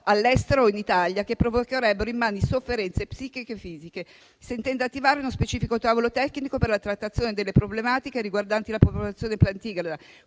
all'estero o in Italia, che provocherebbero immani sofferenze psichiche e fisiche. Chiedo inoltre se il Ministro intenda attivare uno specifico tavolo tecnico per la trattazione delle problematiche riguardanti la popolazione plantigrada,